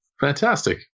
fantastic